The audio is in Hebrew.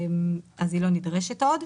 אז היא לא נדרשת עוד.